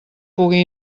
pugui